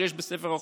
שיש בספר החוקים.